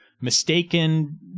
mistaken